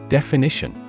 Definition